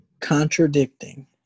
contradicting